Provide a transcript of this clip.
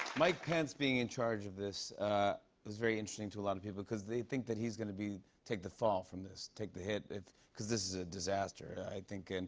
mike pence being in charge of this is very interesting to a lot of people because they think that he's going to be take the fall from this, take the hit, because this is a disaster, i think. and